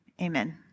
amen